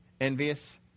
envious